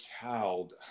child